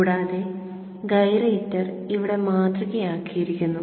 കൂടാതെ ഗൈറേറ്റർ ഇവിടെ മാതൃകയാക്കിയിരിക്കുന്നു